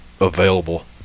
available